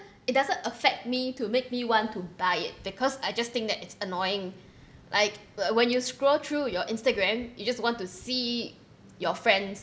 it doesn't affect me to make me want to buy it because I just think that it's annoying like when you scroll through your Instagram you just want to see your friend's